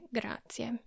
grazie